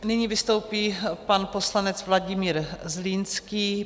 Nyní vystoupí pan poslanec Vladimír Zlínský.